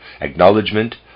Acknowledgement